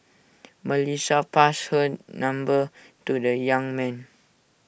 Melissa passed her number to the young man